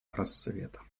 рассвета